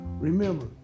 Remember